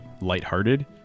lighthearted